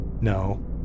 No